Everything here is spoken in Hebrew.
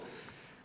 "מקורות",